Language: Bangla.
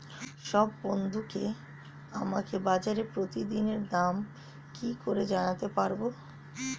সব বন্ধুকে আমাকে বাজারের প্রতিদিনের দাম কি করে জানাতে পারবো?